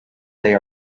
they